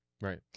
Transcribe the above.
right